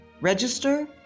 register